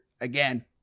again